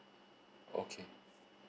okay